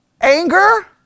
Anger